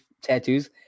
tattoos